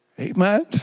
Amen